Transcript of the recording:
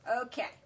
Okay